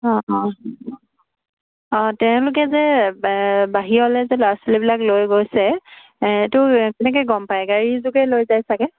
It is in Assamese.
অঁ অঁ অঁ তেওঁলোকে যে বাহিৰলৈ যে ল'ৰা ছোৱালীবিলাক লৈ গৈছে এইটো কেনেকৈ গম পায় গাড়ী যোগে লৈ যায় চাগে